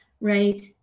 right